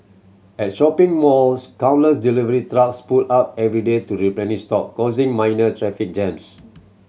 at shopping malls countless delivery trucks pull up every day to replenish stock causing minor traffic jams